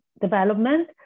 development